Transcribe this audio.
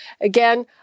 Again